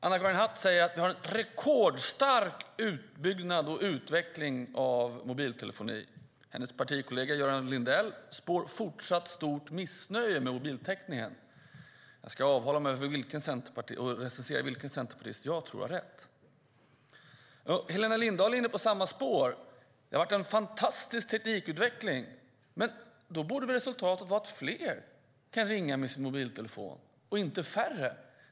Anna-Karin Hatt säger att vi har en rekordstor utbyggnad och utveckling av mobiltelefonin. Hennes partikollega Göran Lindell spår fortsatt stort missnöje med mobiltäckningen. Jag ska avhålla mig från att säga vilken centerpartist jag tror har rätt. Helena Lindahl är inne på samma spår och säger att det har varit en fantastisk teknikutveckling. Men då borde väl resultatet vara att fler kan ringa med sin mobiltelefon, inte färre?